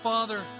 Father